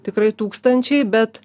tikrai tūkstančiai bet